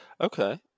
Okay